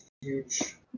huge